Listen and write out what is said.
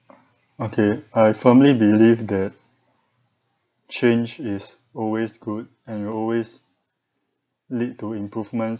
okay I firmly believe that change is always good and always lead to improvements